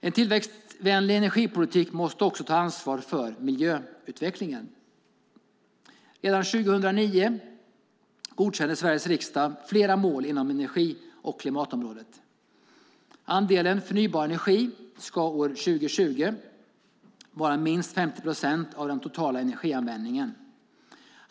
En tillväxtvänlig energipolitik måste också ta ansvar för miljöutvecklingen. Redan 2009 godkände Sveriges riksdag flera mål inom energi och klimatområdet. Andelen förnybar energi ska år 2020 vara minst 50 procent av den totala energianvändningen.